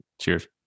Cheers